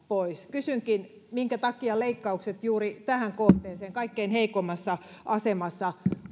pois kysynkin minkä takia leikkaukset juuri tähän kohteeseen kaikkein heikoimmassa asemassa